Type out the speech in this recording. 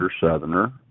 Southerner